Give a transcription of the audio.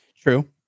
True